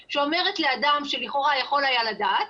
של --- המבחן הוא ידע או יכול היה לדעת ואם הוא לא יכול היה לדעת,